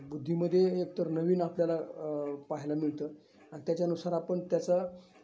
बुद्धीमध्ये एकतर नवीन आपल्याला पाहायला मिळतं आणि त्याच्यानुसार आपण त्याचा